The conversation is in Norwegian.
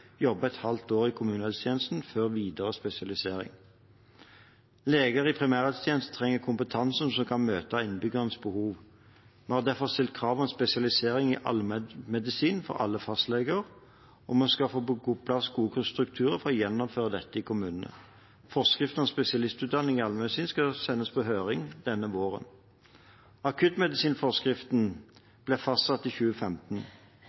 jobber et halvt år i kommunehelsetjenesten før videre spesialisering. Leger i primærhelsetjenesten trenger kompetanse som kan møte innbyggernes behov. Vi har derfor stilt krav om spesialisering i allmennmedisin for alle fastleger, og vi skal få på plass gode strukturer for å gjennomføre dette i kommunene. Forskrift om spesialistutdanning i allmennmedisin skal sendes på høring denne våren. Akuttmedisinforskriften ble fastsatt i 2015.